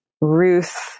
Ruth